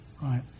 right